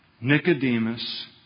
Nicodemus